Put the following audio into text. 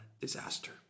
disaster